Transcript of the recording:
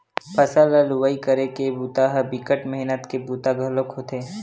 फसल ल लुवई करे के बूता ह बिकट मेहनत के बूता घलोक होथे